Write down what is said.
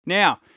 Now